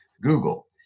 Google